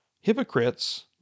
hypocrites